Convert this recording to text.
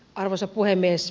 arvoisa puhemies